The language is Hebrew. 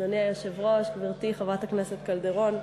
אדוני היושב-ראש, גברתי חברת הכנסת קלדרון,